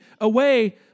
away